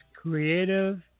creative